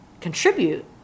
contribute